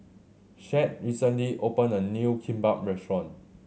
Shad recently opened a new Kimbap Restaurant